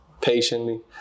patiently